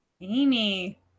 Amy